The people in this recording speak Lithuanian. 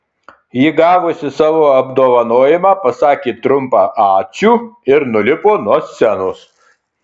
ji gavusi savo apdovanojimą pasakė trumpą ačiū ir nulipo nuo scenos